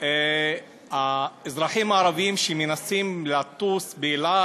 האזרחים הערבים שמנסים לטוס ב"אל על"